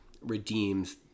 redeems